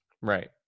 Right